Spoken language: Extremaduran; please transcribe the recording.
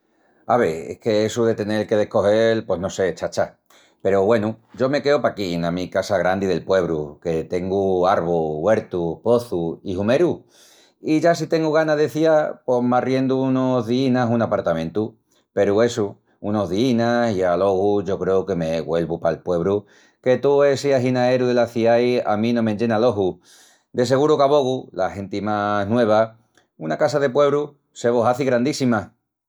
Ave, es qu'essu de tenel que descogel… pos no sé, chacha! Peru güenu yo me queu paquí ena mi casa grandi del puebru, que tengu arvus, güertu, pozus i humeru. I ya si tengu gana de ciá pos m'arriendu unus díinas un apartamentu; peru, essu, unus diínas i alogu yo creu que me güelvu pal puebru que tó essi aginaeru delas ciais a mi no m'enllena l'oju. De seguru que a vogu, la genti más nueva, una casa de puebru se vos hazi grandíssima.